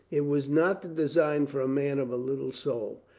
it was not the design for a man of little soul.